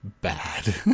bad